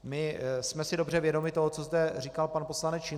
My jsme si dobře vědomi toho, co zde říkal pan poslanec Šincl.